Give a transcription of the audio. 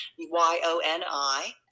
Y-O-N-I